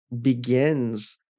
begins